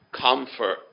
comfort